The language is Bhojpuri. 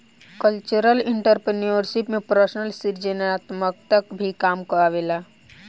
कल्चरल एंटरप्रेन्योरशिप में पर्सनल सृजनात्मकता भी काम आवेला